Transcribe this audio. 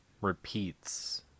repeats